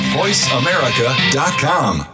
voiceamerica.com